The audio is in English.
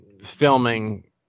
filming